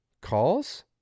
calls